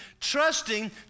trusting